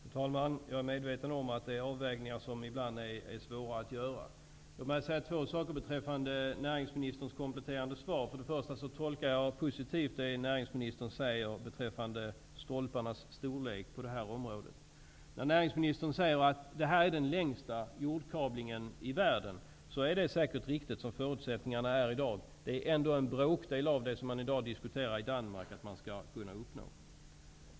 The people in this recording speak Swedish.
Fru talman! Jag är medveten om att det är fråga om avvägningar som ibland är svåra att göra. Låt mig säga två saker beträffande näringsministerns kompletterande. Jag tolkar det näringsministern säger om stolparnas storlek positivt. Näringsministern säger att det här är den längsta jordkablingen i världen. Det är säkert riktigt, så som förutsättningarna är i dag. Det är ändock en bråkdel av det som man i dag diskuterar i Danmark att man skall kunna uppnå.